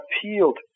appealed